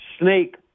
snake